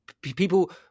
people